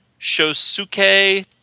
Shosuke